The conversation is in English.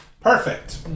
Perfect